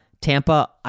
Tampa